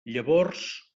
llavors